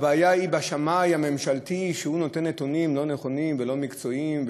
הבעיה היא בשמאי הממשלתי שנותן נתונים לא נכונים ולא מקצועיים,